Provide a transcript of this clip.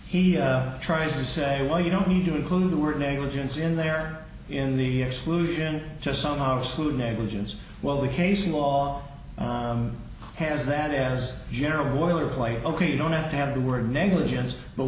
he tries to say well you don't need to include the word negligence in there in the exclusion just somehow slewed negligence well the case law has that as a general boilerplate ok you don't have to have the word negligence but